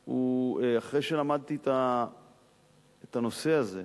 היל"ה, אחרי שלמדתי את הנושא הזה,